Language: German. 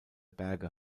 berge